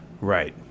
Right